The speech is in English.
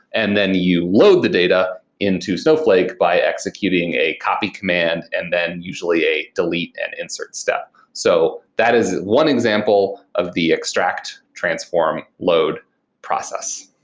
and then you load the data into snowflake by executing a copy command and then usually a delete and insert step. so that is one example of the extract transform load process.